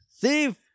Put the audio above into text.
Thief